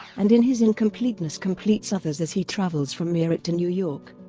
and in his incompleteness completes others as he travels from meerut to new york.